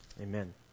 amen